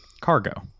cargo